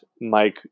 Mike